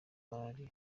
malaria